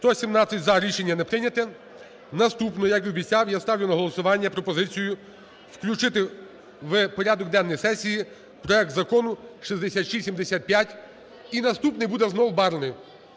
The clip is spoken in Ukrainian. За-117 Рішення не прийнято. Наступну, як і обіцяв, я ставлю пропозицію включити в порядок денний сесії проект Закону 6675. І наступний буде знову Барни.